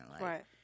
Right